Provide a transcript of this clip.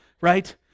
right